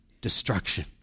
destruction